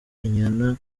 inyana